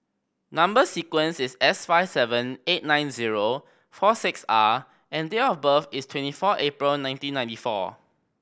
number sequence is S five seven eight nine zero four six R and date of birth is twenty four April nineteen ninety four